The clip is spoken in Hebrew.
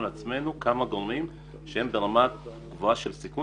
לעצמנו כמה גורמים שהם ברמה גבוהה של סיכון